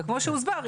וכמו שהוסבר,